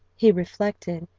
he reflected,